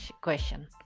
question